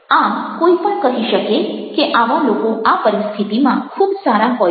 આમ કોઈ પણ કહી શકે કે આવા લોકો આ પરિસ્થિતિમાં ખૂબ સારા હોય છે